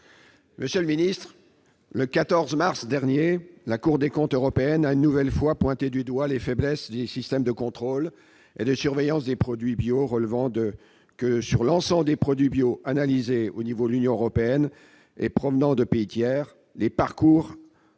collègues, le 14 mars dernier, la Cour des comptes européenne a une nouvelle fois pointé du doigt les faiblesses des systèmes de contrôle et de surveillance des produits bio, révélant que seuls 40 % de l'ensemble des produits bio analysés au niveau de l'Union européenne et provenant de pays tiers ont pu voir